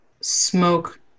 smoke